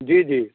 जी जी